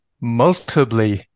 multiply